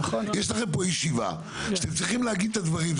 יש לכם פה ישיבה שאתם צריכים להגיד את הדברים.